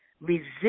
resist